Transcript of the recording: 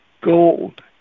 gold